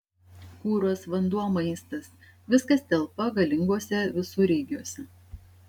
kuras vanduo maistas viskas telpa galinguose visureigiuose